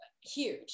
huge